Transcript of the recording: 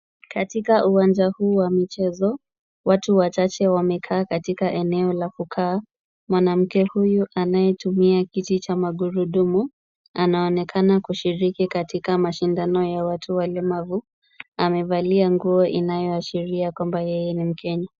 Katika uwanja huu wa michezo, watu wachache wamekaa katika eneo la kukaa. Mwanamke huyu anayetumia kiti cha magurudumu, anaonekana kushiriki katika mashindano ya watu walemavu, amevalia nguo inayoashiria kwamba yeye ni mkenya.